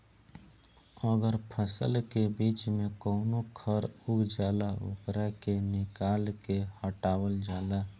अगर फसल के बीच में कवनो खर उग जाला ओकरा के निकाल के हटावल जाला